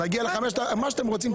תעשו מה שאתם רוצים.